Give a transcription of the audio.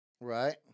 Right